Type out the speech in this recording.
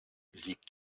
liegt